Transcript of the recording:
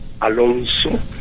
Alonso